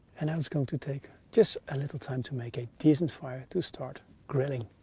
and now it's going to take just a little time to make a decent fire to start grilling.